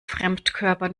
fremdkörper